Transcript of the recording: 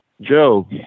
Joe